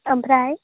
ओमफ्राय